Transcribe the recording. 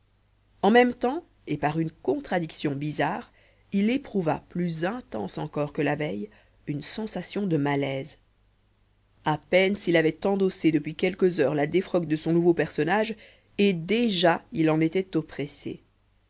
en même temps et par une contradiction bizarre il éprouva plus intense encore que la veille une sensation de malaise à peine s'il avait endossé depuis quelques heures la défroque de son nouveau personnage et déjà il en était oppressé